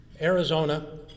Arizona